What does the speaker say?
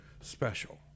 special